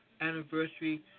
anniversary